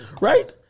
right